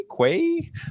Quay